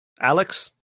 Alex